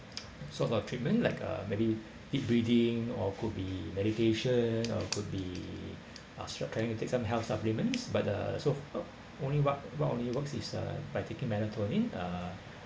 sorts of treatment like uh maybe deep breathing or could be meditation or could be start trying to take some health supplements but uh so only what what only works is uh by taking melatonin uh